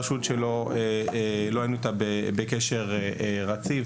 רשות שלא היינו איתה בקשר רציף,